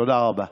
תודה רבה.